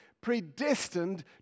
predestined